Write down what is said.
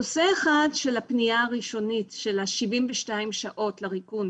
נושא אחד של הפניה הראשונית, של ה-72 שעות לריקון